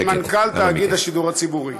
למנכ"ל תאגיד השידור הציבורי.